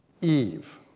Eve